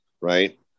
right